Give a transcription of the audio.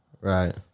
Right